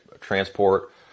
transport